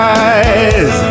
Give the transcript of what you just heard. eyes